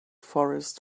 forest